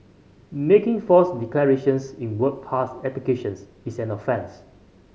making false declarations in work pass applications is an offence